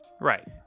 right